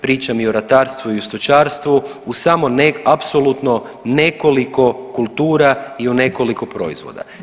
Pričam i o ratarstvu i o stočarstvu u samo apsolutno nekoliko kultura i u nekoliko proizvoda.